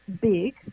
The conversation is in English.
big